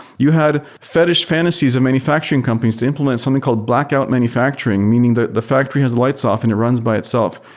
you had fetish fantasies of manufacturing companies to implement something called blackout manufacturing. meaning that the factory has lights off and it runs by itself.